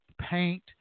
paint